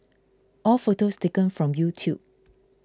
all photos taken from YouTube